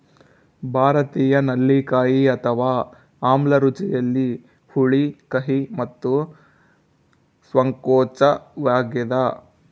ಭಾರತೀಯ ನೆಲ್ಲಿಕಾಯಿ ಅಥವಾ ಆಮ್ಲ ರುಚಿಯಲ್ಲಿ ಹುಳಿ ಕಹಿ ಮತ್ತು ಸಂಕೋಚವಾಗ್ಯದ